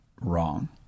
wrong